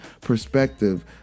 perspective